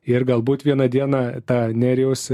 ir galbūt vieną dieną tą nerijaus